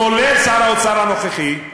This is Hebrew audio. כולל שר האוצר הנוכחי,